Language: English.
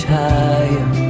higher